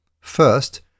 First